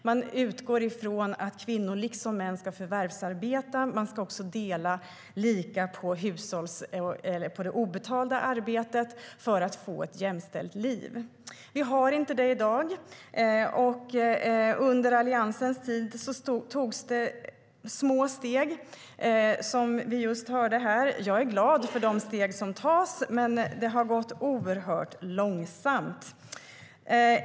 Man utgår från att kvinnor liksom män ska förvärvsarbeta och dela lika på det obetalda arbetet för att få ett jämställt liv. Det har vi inte i dag. Under Alliansens tid togs det små steg, som vi hörde nyss här. Jag är glad för de steg som tas, men det har gått oerhört långsamt.